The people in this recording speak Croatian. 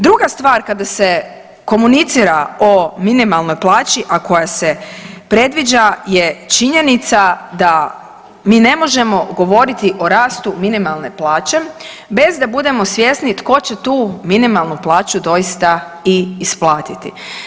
Druga stvar kada se komunicira o minimalnoj plaći, a koja se predviđa je činjenica da mi ne možemo govoriti o rastu minimalne plaće bez da budemo svjesni tko će tu minimalnu plaću doista i isplatiti.